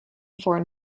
foreign